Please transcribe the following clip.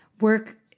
work